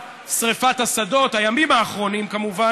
שתומכת בטרור כבר שנים בתרגילים כאלה ואחרים.